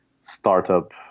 startup